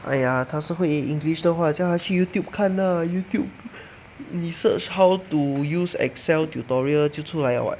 !aiya! 他是会 english 的话去 Youtube 看 lah Youtube 你 search how to use excel tutorial 就出来了 [what]